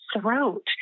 throat